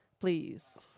Please